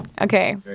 Okay